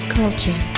culture